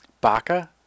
Baka